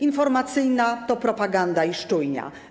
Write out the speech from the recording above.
Informacyjna - to propaganda i szczujnia.